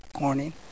morning